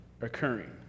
occurring